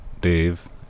Dave